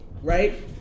right